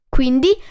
Quindi